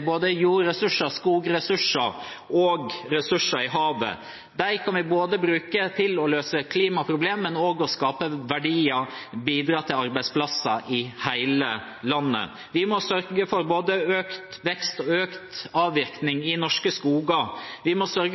– både jordressurser, skogressurser og ressurser i havet. De kan vi bruke til å løse klimaproblem, men også til å skape verdier og bidra til arbeidsplasser i hele landet. Vi må sørge for økt vekst og økt avvirkning i norske skoger. Vi må sørge